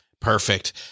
Perfect